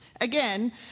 Again